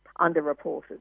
underreported